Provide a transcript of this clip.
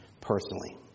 personally